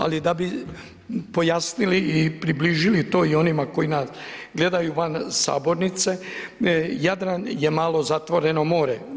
Ali, da bi pojasnili i približili to i onima koji nas gledaju van sabornice, Jadran je malo zatvoreno more.